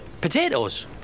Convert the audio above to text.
Potatoes